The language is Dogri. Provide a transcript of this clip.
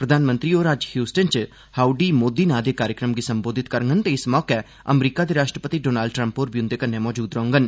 प्रधानमंत्री होर अज्ज ह्यूस्टन च हाउडी मोदी नां दे कार्यक्रम गी संबोधित करगन ते इस मौके अमरीका दे राष्ट्रपति डोनाल्ड ट्रम्प होर बी उंदे कन्नै रौह्डन